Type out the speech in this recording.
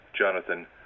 Jonathan